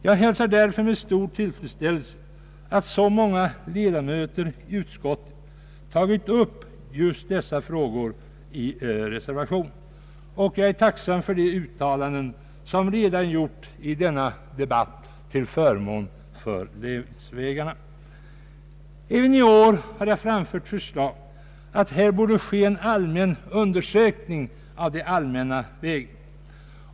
Jag noterar därför med stor tillfredsställelse att så många ledamöter i utskottet tagit upp just dessa frågor i reservationen, och jag är tacksam för de uttalanden som redan gjorts i denna debatt till förmån för länsvägarna. Även i år har jag framfört förslag att en allmän undersökning borde ske av de allmänna vägarna.